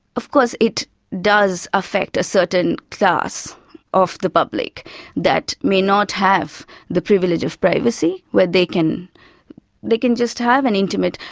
of coarse it does affect a certain class of the public that may not have the privilege of privacy where they can they can just have an intimate,